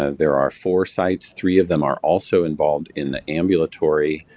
ah there are four sites, three of them are also involved in the ambulatory